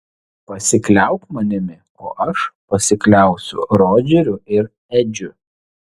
pasikliauk manimi o aš pasikliausiu rodžeriu ir edžiu